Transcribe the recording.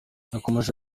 yakomeje